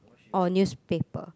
or newspaper